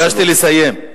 ביקשתי לסיים.